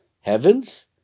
heavens